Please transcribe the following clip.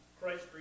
Christ